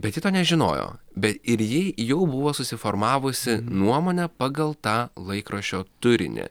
bet ji to nežinojo bet ir ji jau buvo susiformavusi nuomonę pagal tą laikraščio turinį